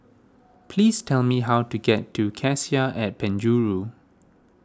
please tell me how to get to Cassia at Penjuru